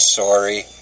sorry